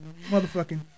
motherfucking